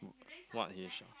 what he show